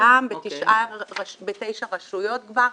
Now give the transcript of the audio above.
זה קיים בתשע רשויות כבר,